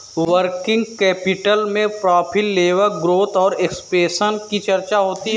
working capital में profit level growth और expansion की चर्चा होती है